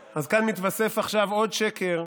אז כאן מתווסף עכשיו עוד שקר,